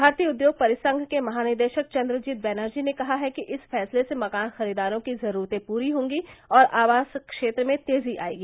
भारतीय उद्योग परिसंघ के महानिदेशक चंद्रजीत बनर्जी ने कहा है कि इस फैसले से मकान खरीददारों की जरूरते पूरी होंगी और आवास क्षेत्र में तेजी आएगी